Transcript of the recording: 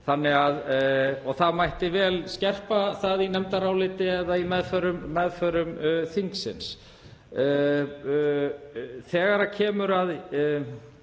Það mætti vel skerpa það í nefndaráliti eða í meðförum þingsins. Þegar kemur að